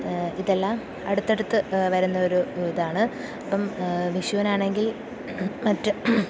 ഇതെല്ലാം അടുത്തടുത്തു വരുന്ന ഒരു ഇതാണ് അപ്പോള് വിഷുവിനാണെങ്കിൽ മറ്റ്